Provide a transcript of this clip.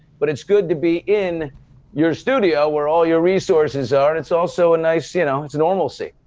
but it's good to be in your studio where all your resources are, and it's also a nice, you know, it's a normalcy.